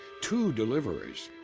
two deliverers,